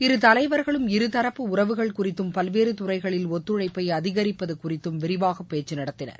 இரு தலைவர்களும் இருதரப்பு உறவுகள் குறித்தும் பல்வேறு துறைகளில் ஒத்துழைப்பை அதிகரிப்பது குறித்தும் விரிவாக பேச்சு நடத்தினர்